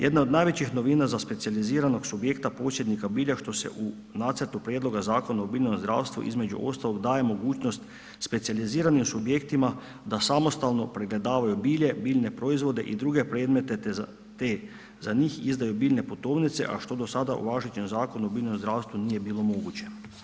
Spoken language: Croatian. Jedna od najvećih novina za specijaliziranog subjekta posjednika bilja što se u nacrtu prijedloga Zakona o biljnom zdravstvu između ostalog daje mogućnost specijaliziranim subjektima da samostalno pregledavaju bilje, biljne proizvode i druge predmete te za njih izdaju biljne putovnice, a što do sada u važećem Zakonu o biljnom zdravstvu nije bilo moguće.